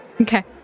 Okay